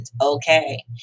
okay